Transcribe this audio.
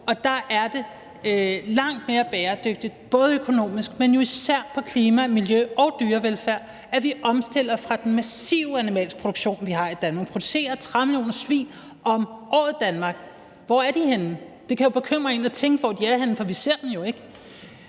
Og der er det langt mere bæredygtigt, både økonomisk, men især for klima, miljø og dyrevelfærd, at vi omstiller fra den massive animalske produktion, vi har i Danmark, hvor vi producerer 30 millioner svin om året. Hvor er de henne? Det kan jo bekymre en at tænke på, hvor de er henne, for vi ser dem jo ikke.